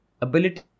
ability